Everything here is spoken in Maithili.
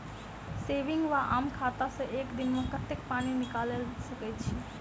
सेविंग वा आम खाता सँ एक दिनमे कतेक पानि निकाइल सकैत छी?